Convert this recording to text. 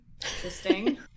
Interesting